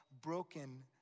broken